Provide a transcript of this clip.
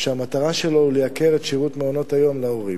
שהמטרה שלו היא לייקר את שירות מעונות-היום להורים.